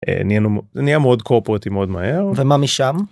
נהיה מאוד קורפורטי מאוד מהר. ומה משם?